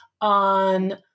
on